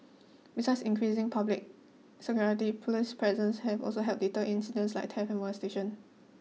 besides increasing public security police presence have also have help deter incidents like theft and molestation